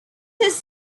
his